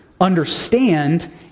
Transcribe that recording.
understand